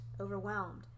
overwhelmed